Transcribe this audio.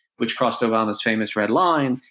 which crossed obama's famous red line,